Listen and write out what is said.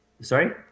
Sorry